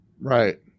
Right